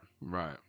right